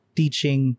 teaching